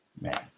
man